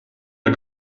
der